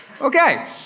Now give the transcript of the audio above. okay